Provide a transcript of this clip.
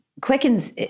Quicken's